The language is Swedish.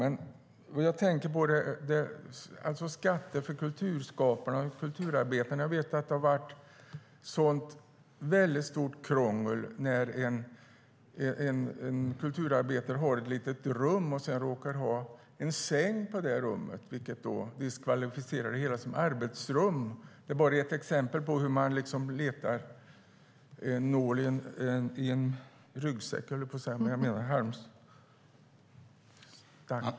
När det gäller skatter för kulturskaparna och kulturarbetarna vet jag att det har varit ett väldigt krångel. Om en kulturarbetare har ett litet rum och där råkar ha en säng diskvalificeras det hela till arbetsrum. Det är bara ett exempel på hur man letar efter en nål i en höstack.